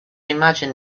imagine